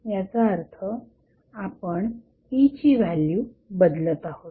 याचा अर्थ आपण E ची व्हॅल्यू बदलत आहोत